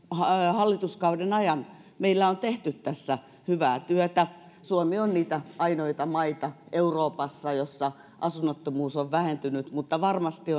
hallituskauden ajan meillä on tehty tässä hyvää työtä suomi on niitä ainoita maita euroopassa jossa asunnottomuus on vähentynyt mutta varmasti